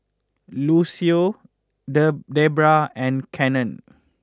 Lucio De Debra and Cannon